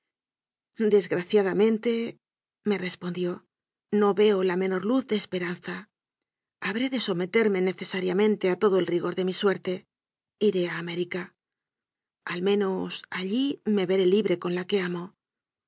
gusto desgraciadamenteme respondió no veo la menor luz de esperanza habré de someterme necesariamente a todo el rigor de mi suerte iré a américa al menos allí me veré libre con la que amo